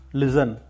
listen